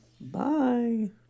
Bye